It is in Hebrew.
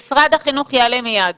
משרד החינוך יעלה מיד.